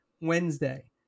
Wednesday